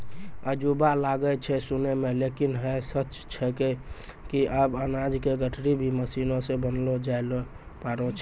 अजूबा लागै छै सुनै मॅ लेकिन है सच छै कि आबॅ अनाज के गठरी भी मशीन सॅ बनैलो जाय लॅ पारै छो